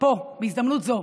פה בהזדמנות זו